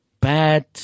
bad